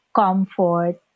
comfort